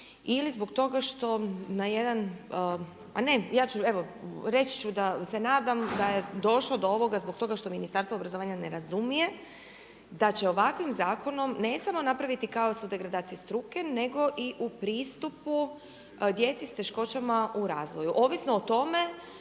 ili zbog toga što na jedan, ma ne, ja ću evo, reći ću da se nadam da je došlo do ovoga zbog toga što Ministarstvo obrazovanja ne razumije da će ovakvim zakonom, ne samo napraviti kaos u degradaciji struke, nego i u pristupu djeci s teškoćama u razvoju. Ovisno o tome,